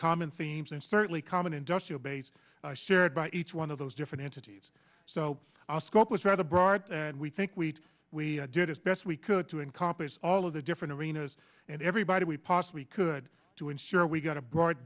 common themes and certainly common industrial base shared by each one of those different entities so a scope was rather broad and we think we we did as best we could to encompass all of the different arenas and everybody we possibly could to ensure we got a broad